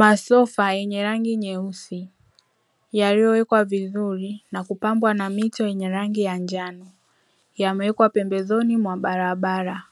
Masofa yenye rangi nyeusi yaliyowekwa vizuri na kupambwa na mito yenye rangi ya njano yamewekwa pembezoni mwa barabara,